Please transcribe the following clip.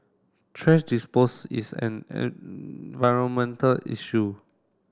thrash dispose is an environmental issue